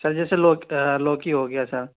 سر جیسے لوکی ہو گیا سر